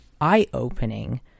eye-opening